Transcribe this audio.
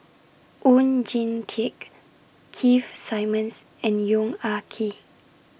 Oon Jin Teik Keith Simmons and Yong Ah Kee